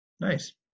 Nice